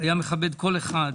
היה מכבד כל אחד.